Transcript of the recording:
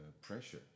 pressure